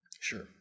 sure